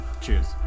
Cheers